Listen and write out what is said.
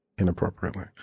inappropriately